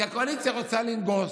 כי הקואליציה רוצה לנגוס,